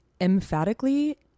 Emphatically